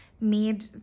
made